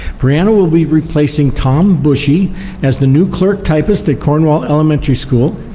breeana will be replacing tom bushey as the new clerk typist at cornwall elementary school.